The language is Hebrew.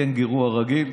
הקנגורו הרגיל,